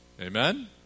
Amen